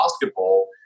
basketball